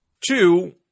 Two